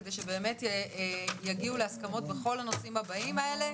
כדי שבאמת הם יגיעו להסכמות בכל הנושאים הבאים האלה.